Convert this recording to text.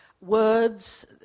words